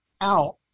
out